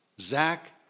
Zach